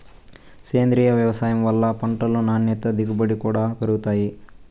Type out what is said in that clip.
సేంద్రీయ వ్యవసాయం వల్ల పంటలు నాణ్యత దిగుబడి కూడా పెరుగుతాయి